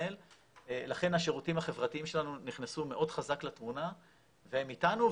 לכן השירותים החברתיים שלנו נכנסו מאוד חזק לתמונה והם איתנו.